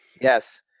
Yes